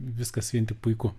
viskas vien tik puiku